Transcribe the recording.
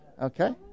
Okay